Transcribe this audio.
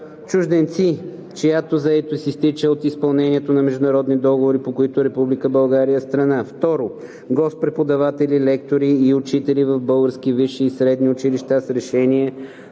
чужденци, чиято заетост произтича от изпълнението на международни договори, по които Република България е страна; 2. гост-преподаватели, лектори и учители в български висши и средни училища с решение